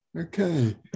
Okay